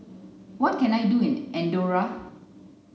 what can I do in Andorra